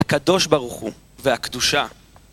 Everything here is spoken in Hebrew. קדוש ברוך הוא והקדושה